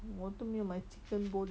我都没有买 chicken bone